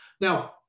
Now